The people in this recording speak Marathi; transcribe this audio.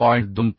25 आहे